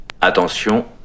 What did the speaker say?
attention